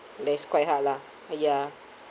that's quite hard lah ya